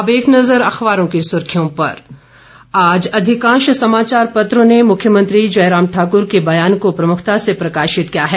अब एक नजर अखबारों की सुर्खियों पर आज अधिकांश समाचार पत्रों ने मुख्यमंत्री जयराम ठाकुर के बयान को प्रमुखता से प्रकाशित किया है